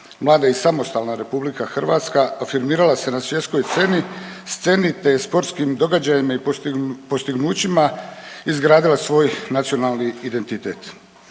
Mlada i samostalna Republika Hrvatska afirmirala se na svjetskoj sceni, te je sportskim događajima i postignućima izgradila svoj nacionalni identitet.